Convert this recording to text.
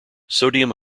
sodium